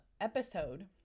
episode